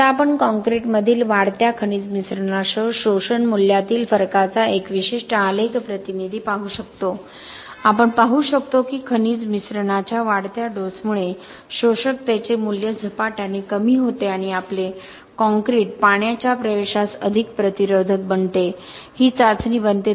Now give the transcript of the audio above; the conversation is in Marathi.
आता आपण कॉंक्रिटमधील वाढत्या खनिज मिश्रणासह शोषण मूल्यातील फरकाचा एक विशिष्ट आलेख प्रतिनिधी पाहू शकतो आपण पाहू शकतो की खनिज मिश्रणाच्या वाढत्या डोसमुळे शोषकतेचे मूल्य झपाट्याने कमी होते आणि आपले कंक्रीट पाण्याच्या प्रवेशास अधिक प्रतिरोधक बनते ही चाचणी बनते